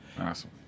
Awesome